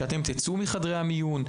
שאתם תצאו מחדרי המיון,